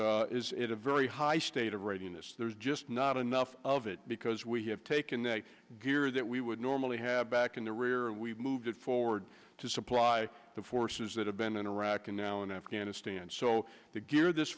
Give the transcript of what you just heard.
is at a very high state of readiness there's just not enough of it because we have taken the gear that we would normally have back in the rear and we've moved it forward to supply the forces that have been in iraq and now in afghanistan so the gear this